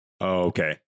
Okay